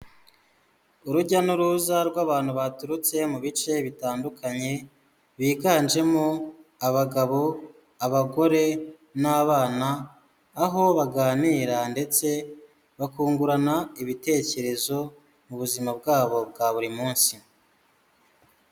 Urujya n'uruza rw'abantu baturutse mu bice bitandukanye biganjemo abagabo, abagore n'abana, aho baganira ndetse bakungurana ibitekerezo mu buzima bwabo bwa buri munsi.